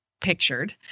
pictured